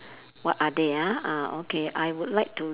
what are they ah ah okay I would like to